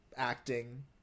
acting